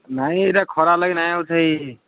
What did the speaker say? ନାଇଁ ଏଇଟା ଖରା ଲାଗି ନାଇଁ ହଉଛେ ଇ